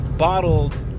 bottled